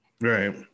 Right